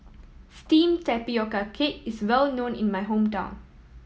steamed tapioca cake is well known in my hometown